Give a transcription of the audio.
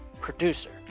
producer